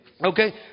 Okay